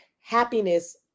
happiness